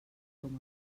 com